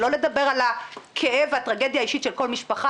שלא נדבר על הכאב והטרגדיה האישית של כל משפחה,